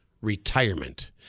retirement